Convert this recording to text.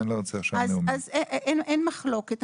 אין מחלוקת,